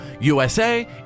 USA